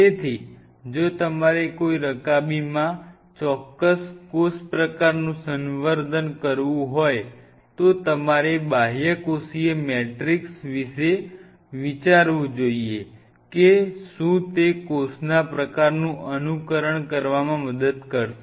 તેથી જો તમારે કોઈ રકાબીમાં ચોક્કસ કોષ પ્રકારનું સંવર્ધન કરવું હોય તો તમારે બાહ્યકોષીય મેટ્રિક્સ વિશે વિચાર વું જોઇએ કે શું તે કોષના પ્રકારનું અનુકરણ કરવામાં મદદ કરશે